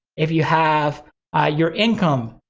if you have your income,